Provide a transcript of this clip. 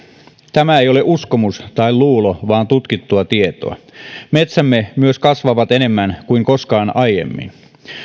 tämä ei ole uskomus tai luulo vaan tutkittua tietoa metsämme myös kasvavat enemmän kuin koskaan aiemmin